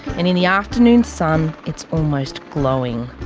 and in the afternoon sun, it's almost glowing.